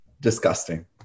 disgusting